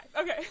Okay